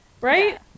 right